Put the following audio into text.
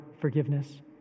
forgiveness